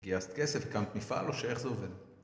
גייסת כסף, הקמת מפעל, או שאיך זה עובד?